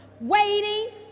Waiting